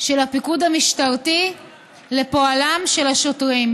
של הפיקוד המשטרתי לפועלם של השוטרים.